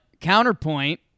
counterpoint